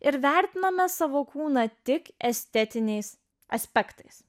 ir vertiname savo kūną tik estetiniais aspektais